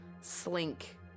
slink